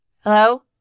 Hello